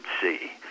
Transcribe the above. see